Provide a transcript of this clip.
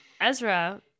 Ezra